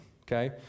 okay